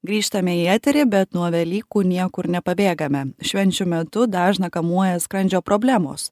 grįžtame į eterį bet nuo velykų niekur nepabėgame švenčių metu dažną kamuoja skrandžio problemos